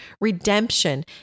redemption